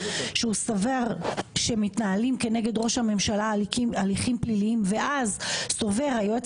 שהוא סובר שמתנהלים כנגד ראש הממשלה הליכים פליליים ואז סובר היועץ